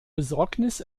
besorgnis